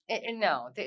no